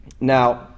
Now